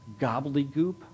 gobbledygook